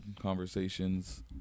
conversations